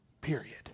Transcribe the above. period